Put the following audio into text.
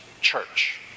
church